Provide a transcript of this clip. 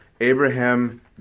Abraham